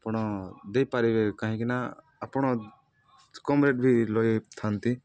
ଆପଣ ଦେଇପାରିବେ କାହିଁକିନା ଆପଣ କମ୍ ରେଟ୍ ବି ଲଗାଇଥାନ୍ତେ